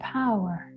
power